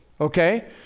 Okay